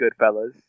Goodfellas